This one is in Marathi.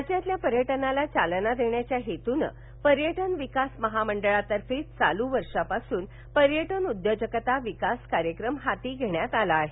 राज्यातील पर्यटनाला चालना देण्याच्या हेतून पर्यटन विकास महामंडळातर्फे चालू वर्षापासून पर्यटन उद्योजकता विकास कार्यक्रम हाती घेण्यात आला आहे